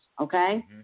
okay